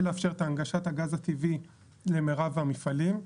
לאפשר את הנגשת הגז הטבעי למרב המפעלים.